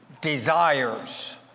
desires